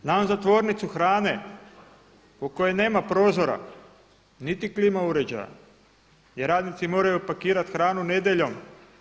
Znam za tvornicu hrane u kojoj nema prozora niti klima uređaja gdje radnici moraju pakirati hranu nedjeljom.